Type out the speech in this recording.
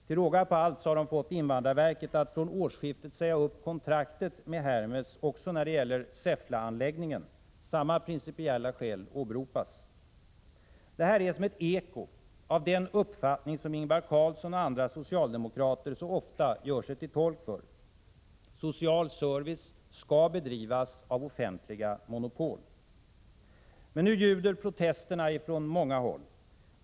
Till råga på allt har de fått invandrarverket att från årsskiftet också säga upp kontraktet med Hermes om Säffleanläggningen. Samma principiella skäl åberopas. Detta är som ett eko av den uppfattning Ingvar Carlsson och andra socialdemokrater så ofta gör sig till tolk för. Social service skall bedrivas av offentliga monopol. Men nu ljuder protesterna från många håll.